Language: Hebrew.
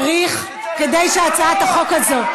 צריך, כדי שהצעת החוק הזאת,